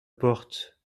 porte